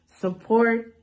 support